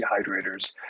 dehydrators